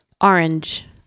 Orange